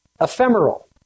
Ephemeral